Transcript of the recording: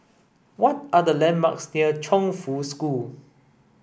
what are the landmarks near Chongfu School